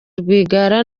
rwigara